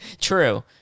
true